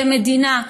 כמדינה,